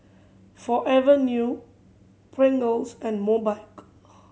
Forever New Pringles and Mobike